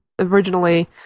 originally